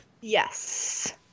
yes